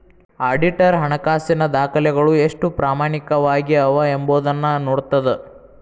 auditor ಹಣಕಾಸಿನ ದಾಖಲೆಗಳು ಎಷ್ಟು ಪ್ರಾಮಾಣಿಕವಾಗಿ ಅವ ಎಂಬೊದನ್ನ ನೋಡ್ತದ